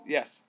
Yes